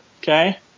okay